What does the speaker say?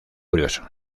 curioso